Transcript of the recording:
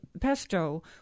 pesto